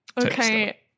Okay